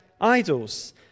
idols